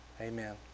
Amen